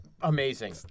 Amazing